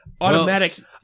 Automatic